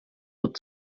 lub